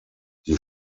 die